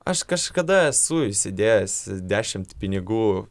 aš kažkada esu įsidėjęs dešimt pinigų